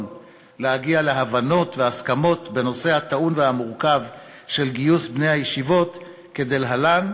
להגיע להבנות והסכמות בנושא הטעון והמורכב של גיוס בני הישיבות כדלהלן,